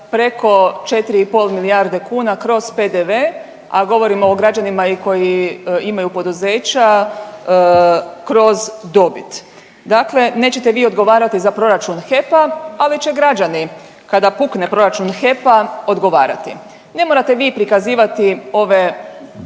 preko 4,5 milijarde kuna kroz PDV, a govorimo o građanima koji imaju poduzeća, kroz dobit. Dakle, nećete vi odgovarati za proračun HEP-a, ali će građani kada pukne proračun HEP-a odgovarati. Ne morate vi prikazivati ove